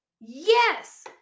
Yes